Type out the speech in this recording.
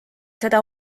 seda